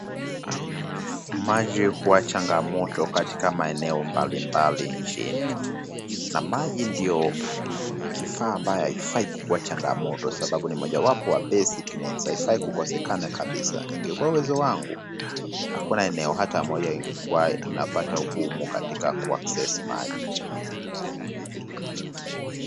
Maji huwa changamoto katika maeneo mbalimbali nchini na maji ndio kifaa ambayo haifai kukua changamoto sababu ni mojawapo wa basic needs . Haifai kukosekana kabisa. Ingekua uwezo wangu, hakuna eneo hata moja ingekua inapata ugumu katika ku access maji.